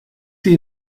die